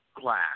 glass